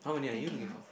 thinking of